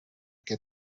que